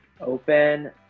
open